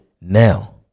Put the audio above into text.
Now